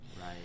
Right